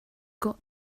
got